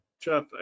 Jeff